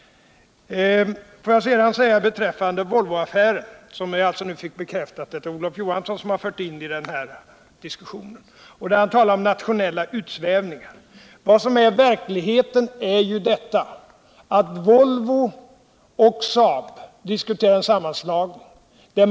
Får jag sedan säga något beträffande Volvoaffären, som jag alltså nu fick bekräftat att Olof Johansson fört in i den här debatten. Han talar om nationella utsvävningar. Verkligheten är ju att Volvo och Saab diskuterade sammanslagning.